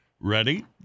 Ready